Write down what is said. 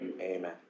Amen